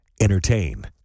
Entertain